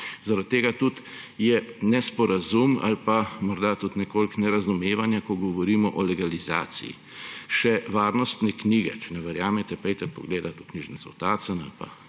Zaradi tega tudi je nesporazum ali pa morda tudi nekoliko nerazumevanja, ko govorimo o legalizaciji. Še varnostne knjige, če ne verjamete, pojdite pogledat v knjižnico v Tacen ali pa